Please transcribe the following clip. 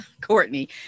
Courtney